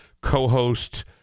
co-host